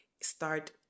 start